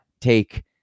take –